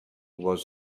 was